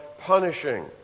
punishing